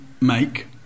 make